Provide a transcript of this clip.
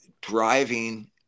driving